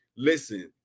Listen